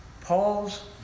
Paul's